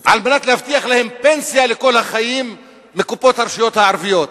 על מנת להבטיח להם פנסיה לכל החיים מקופות הרשויות הערביות.